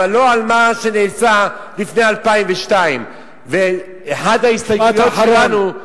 אבל לא על מה שנעשה לפני 2002. אחת ההסתייגויות שלנו,